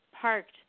parked